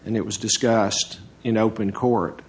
and it was discussed in open court